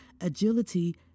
Agility